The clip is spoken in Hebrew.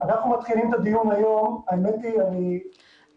אנחנו מתחילים את הדיון היום והאמת היא שהרבה